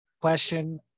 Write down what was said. question